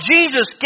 Jesus